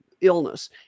illness